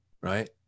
right